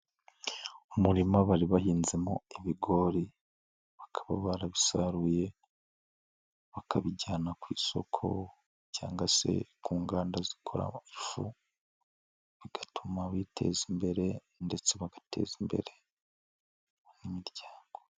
Umurima bari bahinzemo ibigori, bakaba barabisaruye bakabijyana ku isoko cyangwa se ku nganda zikoramo ifu, bigatuma biteza imbere ndetse bagateza imbere n'imiryango.